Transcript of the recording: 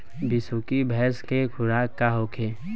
बिसुखी भैंस के खुराक का होखे?